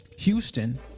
Houston